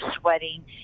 sweating